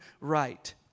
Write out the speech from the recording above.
right